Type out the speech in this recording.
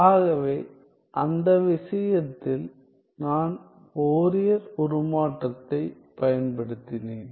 ஆகவே அந்த விஷயத்தில் நான் ஃபோரியர் உருமாற்றத்தைப் பயன்படுத்தினேன்